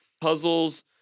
Puzzles